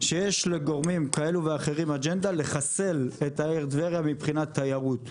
יש לגורמים כאלה ואחרים אג'נדה לחסל את העיר טבריה מבחינת תיירות,